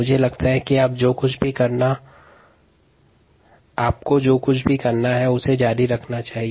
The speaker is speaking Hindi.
मुझे लगता है कि आपको अभ्यास जारी रखना चाहिए